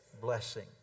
blessing